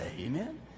Amen